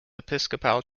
episcopal